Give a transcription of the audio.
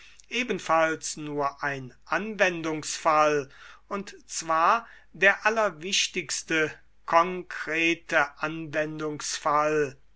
ebenfalls nur ein anwendungsfall und zwar der allerwichtigste konkrete anwendungsfall